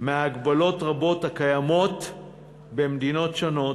מההגבלות הרבות הקיימות במדינות שונות,